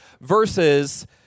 versus